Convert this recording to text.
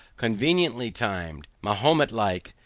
conveniently timed, mahomet like,